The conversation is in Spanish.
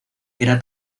era